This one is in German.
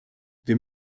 wir